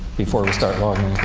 before we start logging